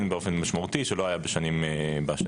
באופן משמעותי שלא היה בשנים הקודמות,